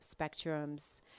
spectrums